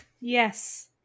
Yes